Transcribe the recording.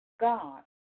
God